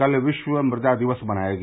कल विश्व मृदा दिवस मनाया गया